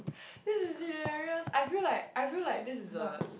this is hilarious I feel like I feel like this is a